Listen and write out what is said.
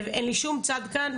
אין לי שום צד כאן,